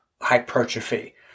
hypertrophy